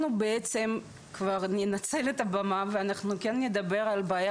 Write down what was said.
אנחנו בעצם כבר ננצל את הבמה ואנחנו כן נדבר על בעיה